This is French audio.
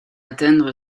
atteindre